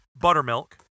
buttermilk